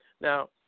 Now